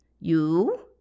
You